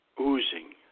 oozing